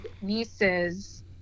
nieces